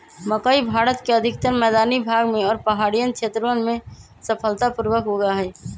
मकई भारत के अधिकतर मैदानी भाग में और पहाड़ियन क्षेत्रवन में सफलता पूर्वक उगा हई